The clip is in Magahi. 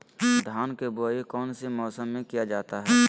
धान के बोआई कौन सी मौसम में किया जाता है?